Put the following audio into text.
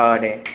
दे